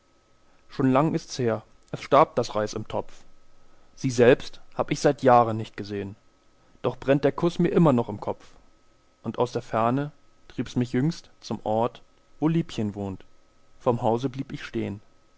schon lang ists her es starb das reis im topf sie selbst hab ich seit jahren nicht gesehn doch brennt der kuß mir immer noch im kopf und aus der ferne triebs mich jüngst zum ort wo liebchen wohnt vorm hause blieb ich stehn